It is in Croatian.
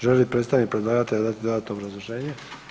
Želi li predstavnik predlagatelja dati dodatno obrazloženje?